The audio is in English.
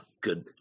good